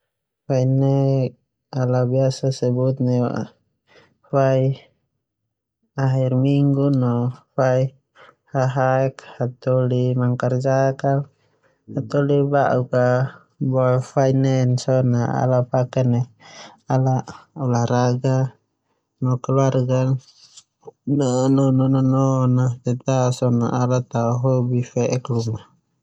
Fai nek ala biasa sebut neu akhir minggu no fai hahaek. Hataholi ba'uk a boe fai nek so na ala paken neu olahraga no nanong te ta so na ala tao hobin a.